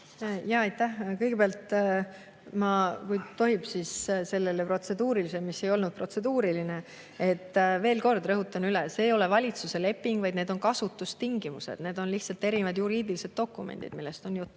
Aitäh! Kõigepealt, kui tohib, siis ma vastaks sellele protseduurilisele küsimusele, mis ei olnud protseduuriline. Veel kord rõhutan üle: see ei ole valitsuse leping, vaid need on kasutustingimused. Need on lihtsalt erinevad juriidilised dokumendid, millest on juttu.